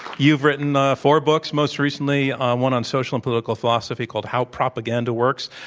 you've written four books, most recently on one on social and political philosophy called, how propaganda works.